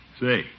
Say